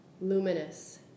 Luminous